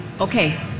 Okay